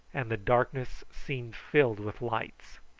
and the darkness seemed filled with lights.